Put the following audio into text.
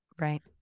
Right